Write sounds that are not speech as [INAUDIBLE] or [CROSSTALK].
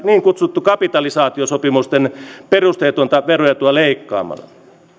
[UNINTELLIGIBLE] niin kutsuttujen kapitalisaatiosopimusten perusteetonta veroetua leikkaamalla